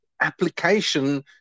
application